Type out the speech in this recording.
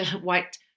white